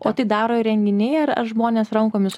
o tai daro įrenginiai ar ar žmonės rankomis